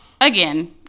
again